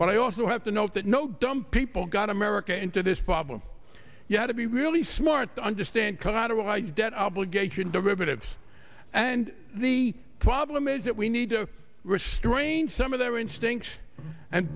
but i also have to note that no dumb people got america into this problem you had to be really smart to understand collateralized debt obligation derivatives and the problem is that we need to restrain some of their instincts and